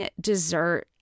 dessert